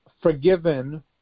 forgiven